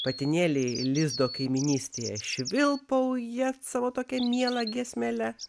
patinėliai lizdo kaimynystėje švilpauja savo tokia miela giesmele